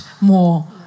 more